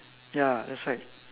ya that's right